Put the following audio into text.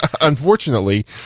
Unfortunately